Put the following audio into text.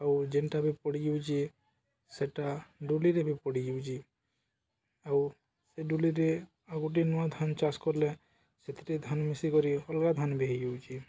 ଆଉ ଯେନ୍ଟା ବି ପଡ଼ିଯାଉଚି ସେଟା ଡଲିରେ ବି ପଡ଼ିଯାଉଚି ଆଉ ସେ ଡୁଲିରେ ଆଉ ଗୋଟେ ନୂଆ ଧାନ ଚାଷ କଲେ ସେଥିରେ ଧାନ ମିଶିକରି ଅଲଗା ଧାନ ବି ହେଇଯାଉଚି